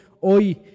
hoy